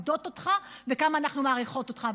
וכמה אנחנו מעריכות אותך.